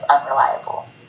unreliable